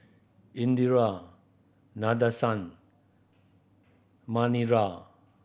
Indira Nadesan Manira